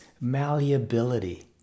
malleability